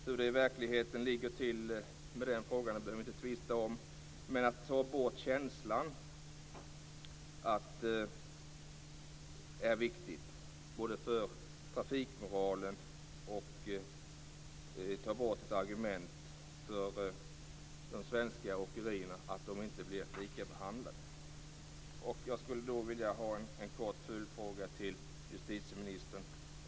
Hur det i verkligheten ligger till med den frågan behöver vi inte tvista om, men för trafikmoralen är det viktigt att ta bort den känslan. Man tar också bort ett argument för de svenska åkerierna när de hävdar att de inte behandlas på samma sätt. Jag skulle vilja ställa en kort följdfråga till justitieministern.